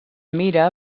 mira